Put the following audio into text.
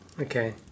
okay